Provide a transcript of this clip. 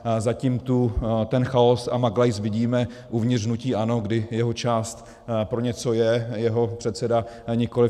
A zatím tu ten chaos a maglajs vidíme uvnitř hnutí ANO, kdy jeho část pro něco je, jeho předseda nikoliv.